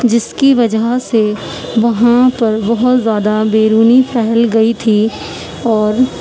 جس کی وجہ سے وہاں پر بہت زیادہ بیرونی پھیل گئی تھی اور